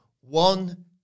One